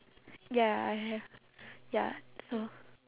ya I have ya it's a